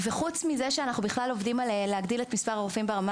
וחוץ מזה שאנחנו עובדים על כך שמספר הרופאים ברמה